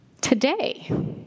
today